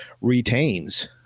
retains